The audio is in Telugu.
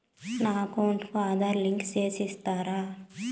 నా అకౌంట్ కు ఆధార్ లింకు సేసి ఇస్తారా?